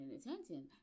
attention